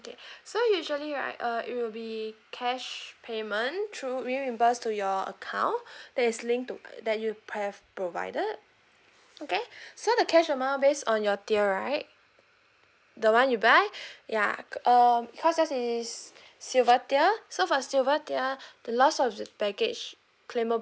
okay so usually right uh it will be cash payment through reimburse to your account that is linked to a that you have provided okay so the cash amount based on your tier right the one you buy ya um because yours is silver tier so for silver tier the loss of the baggage claimable